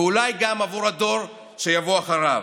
ואולי גם עבור הדור שיבוא אחריו.